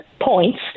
points